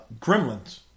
Gremlins